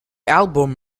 album